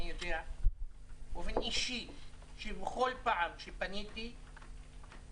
אני יודע באופן אישי שבכל פעם שפניתי אליהם: